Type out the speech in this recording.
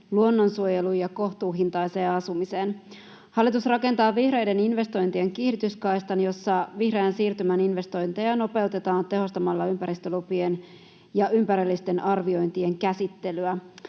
luonnonsuojeluun ja kohtuuhintaiseen asumiseen. Hallitus rakentaa vihreiden investointien kiihdytyskaistan, jossa vihreän siirtymän investointeja nopeutetaan tehostamalla ympäristölupien ja ympäristöllisten arviointien käsittelyä.